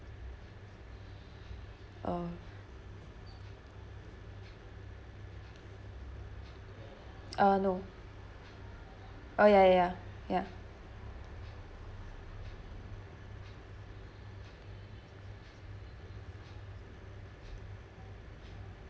uh uh no oh ya ya ya ya